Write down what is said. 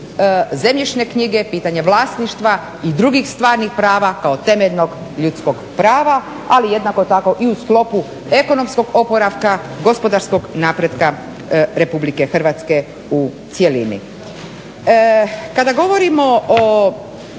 zemljišne knjige, pitanje vlasništva i drugih stvarnih prava kao temeljnog ljudskog prava. Ali jednako tako i u sklopu ekonomskog oporavka, gospodarskog napretka Republike Hrvatske u cjelini. Kada govorimo o,